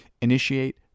initiate